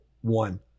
one